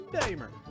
Damer